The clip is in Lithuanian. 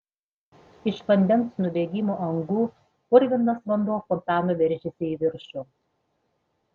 iš vandens nubėgimo angų purvinas vanduo fontanu veržėsi į viršų